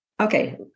Okay